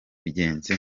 bugenge